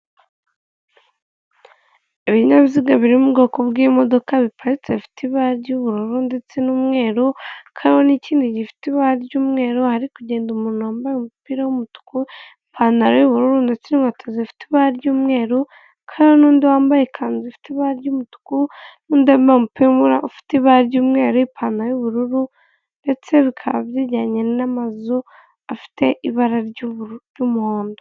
Ibinyabiziga biri mu bwoko bw'imodoka biparitse bifite ibara ry'ubururu ndetse n'umweru kawa n'ikindi gifite ibara ry'umweru ari kugenda umuntu wambaye umupira w'umutuku ipantaro y'ubururu ndetse inkweto zifite ibara ry'umweru kandi n'undi wambaye ikanzu ifite ibara ry'umutuku, n'undi wambaye umupira ufite ibara ry'umweru, ipantaro y'ubururu ndetse bikaba byegeranye n'amazu afite ibara ry'ubururu ry'umuhondo.